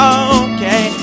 okay